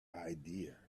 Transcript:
idea